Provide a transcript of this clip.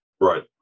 Right